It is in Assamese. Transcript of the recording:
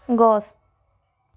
গছ